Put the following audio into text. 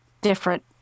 different